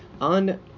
on